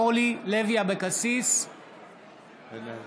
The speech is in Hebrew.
אינה נוכחת יריב